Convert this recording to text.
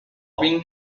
炮兵